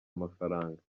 amafaranga